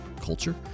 culture